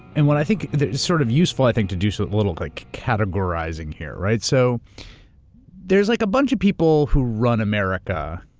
and what i think that it's sort of useful, i think to do, so little like categorizing here. so there's like a bunch of people who run america,